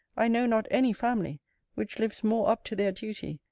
i know not any family which lives more up to their duty,